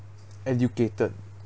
educated